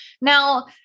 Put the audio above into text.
now